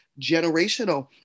generational